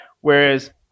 Whereas